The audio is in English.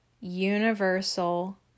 Universal